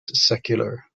secular